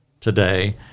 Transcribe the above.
today